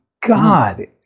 God